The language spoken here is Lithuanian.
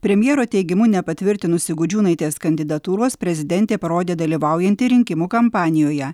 premjero teigimu nepatvirtinusi gudžiūnaitės kandidatūros prezidentė parodė dalyvaujanti rinkimų kampanijoje